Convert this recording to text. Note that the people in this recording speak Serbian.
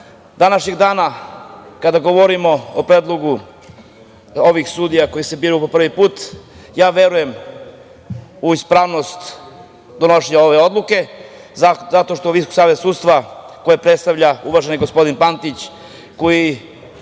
raditi. Današnjeg dana, kada govorimo o Predlogu ovih sudija, koji se biraju po prvi put, ja verujem u ispravnost donošenja ove odluke, zato što VSS, koji predstavlja uvaženi, gospodin Pantić,